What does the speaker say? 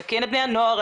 מסכן את בני הנוער,